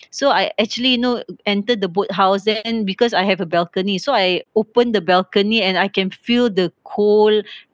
so I actually you know enter the boat house then because I have a balcony so I open the balcony and I can feel the cold